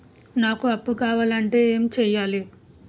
నాకు అప్పు కావాలి అంటే ఎం చేయాలి?